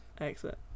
Excellent